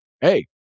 hey